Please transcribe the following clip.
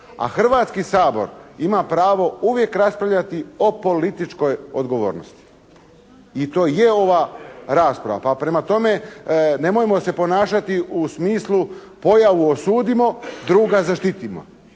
A Hrvatski sabor ima pravo uvijek raspravljati o političkoj odgovornosti. I to je ova rasprava. Pa prema tome nemojmo se ponašati u smislu pojavu osudimo, druga zaštitimo.